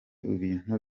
ibintu